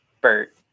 Bert